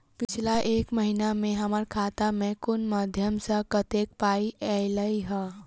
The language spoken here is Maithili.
पिछला एक महीना मे हम्मर खाता मे कुन मध्यमे सऽ कत्तेक पाई ऐलई ह?